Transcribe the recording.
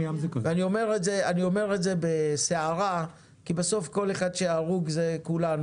ואני אומר את זה בסערה כי בסוף כל אחד שהרוג זה כולנו,